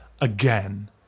Again